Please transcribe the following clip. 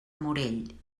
morell